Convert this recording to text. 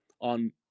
on